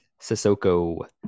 Sissoko